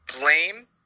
blame